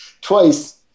twice